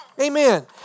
Amen